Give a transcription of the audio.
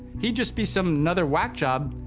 he'd just be some. another whack job,